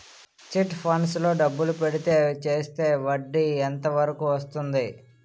Chit funds లో డబ్బులు పెడితే చేస్తే వడ్డీ ఎంత వరకు వస్తుంది?